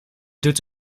doet